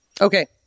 Okay